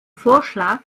vorschlag